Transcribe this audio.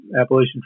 appalachian